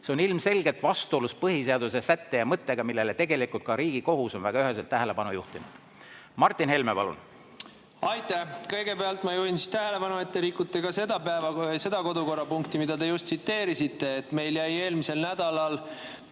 See on ilmselgelt vastuolus põhiseaduse sätte ja mõttega, millele tegelikult ka Riigikohus on väga üheselt tähelepanu juhtinud. Martin Helme, palun! Aitäh! Kõigepealt ma juhin siis tähelepanu, et te rikute ka seda kodukorrapunkti, mida te just tsiteerisite. Meil jäi eelmisel nädalal